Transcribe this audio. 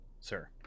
sir